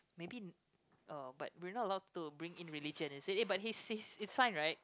maybe uh but we are not allowed to bring in religion is it eh but he's he's he's fine right